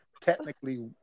technically